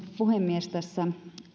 puhemies